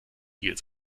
viel